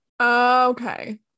Okay